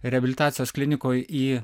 reabilitacijos klinikoj į